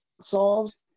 solves